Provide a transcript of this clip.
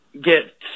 get